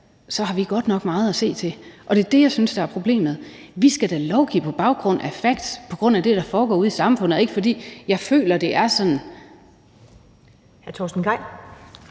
så får vi godt nok meget at se til. Det er det, jeg synes er problemet. Vi skal da lovgive på baggrund af facts, på grund af det, der foregår ude i samfundet, og ikke, fordi jeg føler, det er sådan.